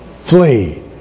flee